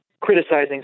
criticizing